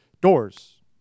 doors